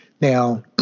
Now